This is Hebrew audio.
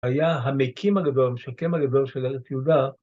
‫היה המקים הגדול, ‫המשקם הגדול של ארץ יהודה,